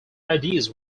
ideas